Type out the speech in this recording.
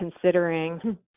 considering